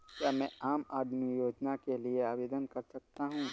क्या मैं आम आदमी योजना के लिए आवेदन कर सकता हूँ?